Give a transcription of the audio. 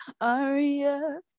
Aria